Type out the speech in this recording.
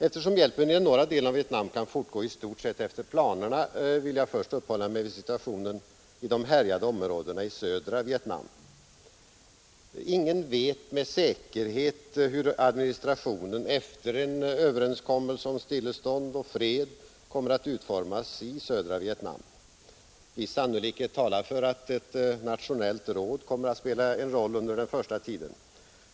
Eftersom hjälpen i den norra delen av Vietnam kan fortgå i stort sett efter planerna, vill jag först uppehålla mig vid situationen i de härjade områdena i södra Vietnam. Ingen vet med säkerhet hur administrationen efter en överenskommelse om stillestånd och fred kommer att utformas i södra Vietnam. Viss sannolikhet talar för att ett nationellt råd kommer att spela en roll under den första tiden.